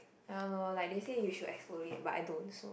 ya loh like they say you should exfoliate but I don't so